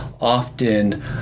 often